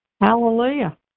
hallelujah